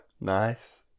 Nice